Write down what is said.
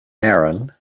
aaron